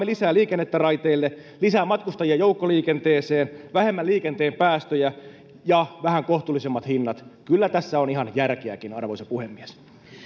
lisää liikennettä raiteille lisää matkustajia joukkoliikenteeseen vähemmän liikenteen päästöjä ja vähän kohtuullisemmat hinnat kyllä tässä on ihan järkeäkin arvoisa puhemies